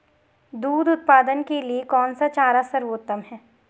दूध उत्पादन के लिए कौन सा चारा सर्वोत्तम है?